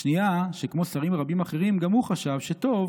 השנייה, שכמו שרים רבים אחרים, גם הוא חשב שטוב